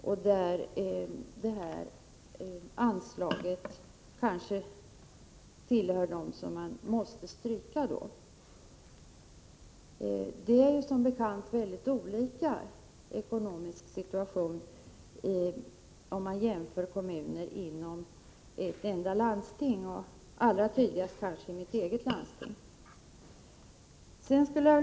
Där kanske det här anslaget tillhör dem som måste strykas annars. Som bekant har kommunerna inom ett enda landsting väldigt olika ekonomisk situation. Detta är kanske allra tydligast i mitt eget landsting.